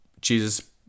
Jesus